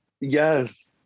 yes